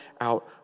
out